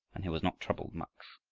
and he was not troubled much.